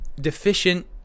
deficient